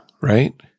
right